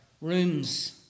rooms